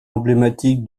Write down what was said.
emblématique